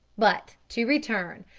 but to return.